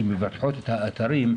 שמבטחות את האתרים,